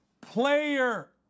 player